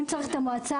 אם צריך את המועצה